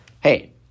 Hey